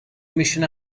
mission